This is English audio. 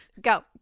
Go